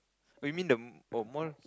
oh you mean the mo~ more